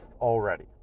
already